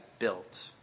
built